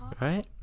Right